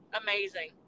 amazing